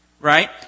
Right